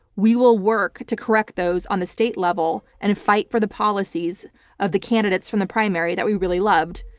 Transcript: we will work to correct those on the state level and fight for the policies of the candidates from the primary that we really loved.